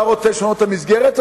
אתה רוצה לשנות את המסגרת הזאת?